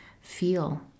feel